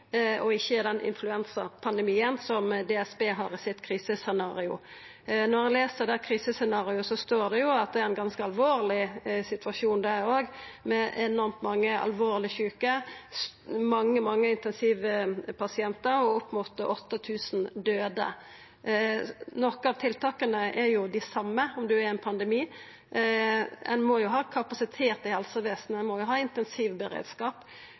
og ikkje den influensapandemien som Direktoratet for samfunnstryggleik og beredskap, DSB, har i sitt krisescenario. I det krisescenarioet står det at det er ein ganske alvorleg situasjon, dette også, med enormt mange alvorleg sjuke, mange intensivpasientar og opp mot 8 000 døde. Nokon av tiltaka er dei same om det er ein pandemi. Ein må ha kapasitet i helsevesenet. Ein må ha intensivberedskap. Ein må ha ein beredskap